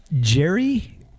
Jerry